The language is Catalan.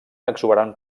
exuberant